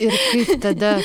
ir kaip tada